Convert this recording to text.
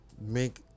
make